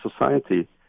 society